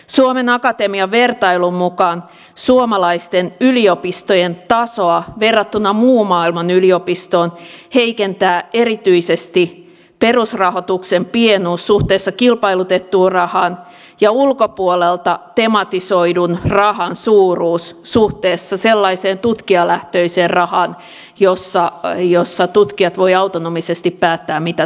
suomen akatemian vertailun mukaan suomalaisten yliopistojen tasoa verrattuna muun maailman yliopistoihin heikentää erityisesti perusrahoituksen pienuus suhteessa kilpailutettuun rahaan ja ulkopuolelta tematisoidun rahan suuruus suhteessa sellaiseen tutkijalähtöiseen rahaan jossa tutkijat voivat autonomisesti päättää mitä tutkivat